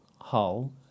Hull